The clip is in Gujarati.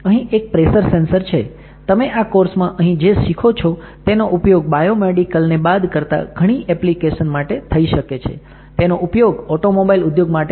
અહી એક પ્રેસર સેન્સર છે તમે આ કોર્સ માં અહીં જે શીખો છો તેનો ઉપયોગ બાયોમેડિકલ ને બાદ કરતા ઘણી ઍપ્લિકેશન માટે થઈ શકે છે તેનો ઉપયોગ ઓટોમોબાઈલ ઉદ્યોગ માટે થઈ શકે છે જે તમે અહિયાં જોઈ શકો છો સંદર્ભ વિડીયો